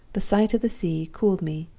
the sight of the sea cooled me.